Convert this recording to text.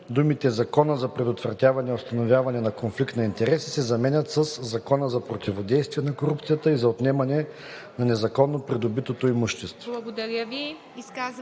думите „Закона за предотвратяване и установяване на конфликт на интереси“ се заменят със „Закона за противодействие на корупцията и за отнемане на незаконно придобитото имущество“.